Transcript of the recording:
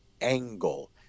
angle